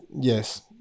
yes